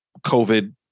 COVID